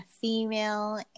female